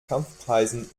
kampfpreisen